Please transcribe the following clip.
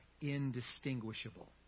indistinguishable